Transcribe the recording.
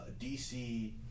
DC